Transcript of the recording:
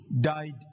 died